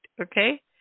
Okay